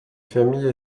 famille